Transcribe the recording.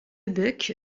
buck